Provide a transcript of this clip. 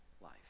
life